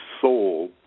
soul